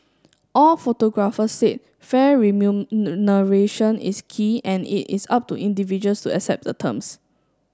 all photographers said fair remuneration is key and it is up to individuals to accept the terms